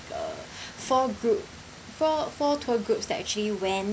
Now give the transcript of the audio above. uh four group four four tour groups that actually went